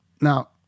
Now